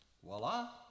Voila